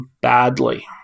badly